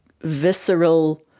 visceral